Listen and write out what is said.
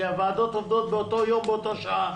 כי הוועדות עובדות באותו יום ובאותה שעה.